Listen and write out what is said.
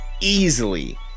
easily